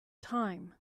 time